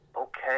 okay